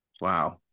Wow